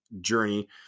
journey